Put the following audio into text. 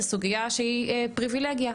זו סוגיה שהיא פריבילגיה.